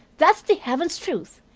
that's the heaven's truth.